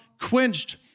quenched